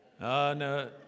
no